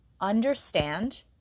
understand